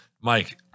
mike